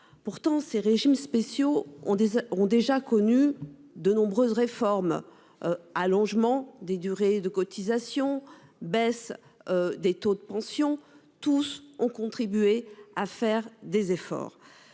Pourtant, ces régimes spéciaux on disait ont déjà connu de nombreuses réformes. Allongement des durées de cotisation baisse. Des taux de pension tous ont contribué à faire des efforts.